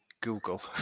Google